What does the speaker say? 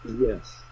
yes